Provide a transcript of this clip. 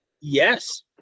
Yes